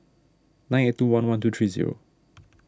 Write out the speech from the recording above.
nine eight two one one two three zero